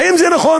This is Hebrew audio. האם זה נכון?